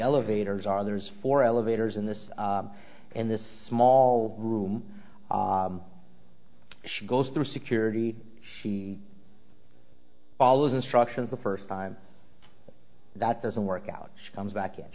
elevators are there's four elevators in this in this small room she goes through security she follows instructions the first time that doesn't work out she comes back it